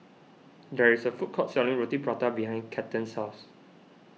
there is a food court selling Roti Prata behind Cathern's house